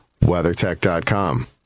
WeatherTech.com